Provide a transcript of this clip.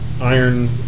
iron